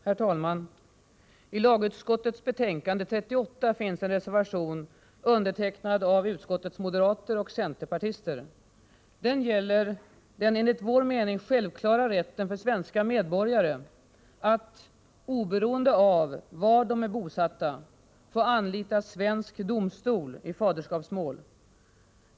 Herr talman! I lagutskottets betänkande 38 finns en reservation, undertecknad av utskottets moderater och centerpartister. Den gäller den enligt vår mening självklara rätten för svenska medborgare att, oberoende av var de är bosatta, få anlita svensk domstol i faderskapsmål.